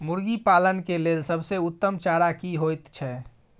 मुर्गी पालन के लेल सबसे उत्तम चारा की होयत छै?